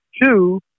Two